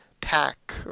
pack